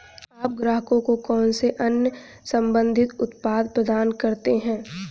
आप ग्राहकों को कौन से अन्य संबंधित उत्पाद प्रदान करते हैं?